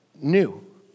new